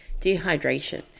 Dehydration